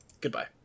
Goodbye